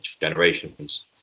generations